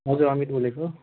हजुर अमित बोलेको